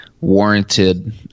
warranted